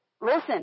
Listen